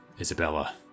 Isabella